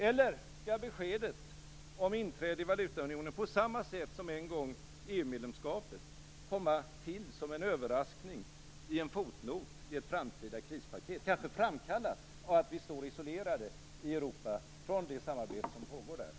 Eller skall beskedet om inträde i valutaunionen - på samma sätt som en gång EU-medlemskapet - komma till som en överraskning i en fotnot i ett framtida krispaket, kanske framkallat av att vi står isolerade i Europa från det samarbete som pågår där?